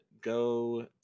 go